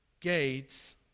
gates